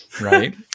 right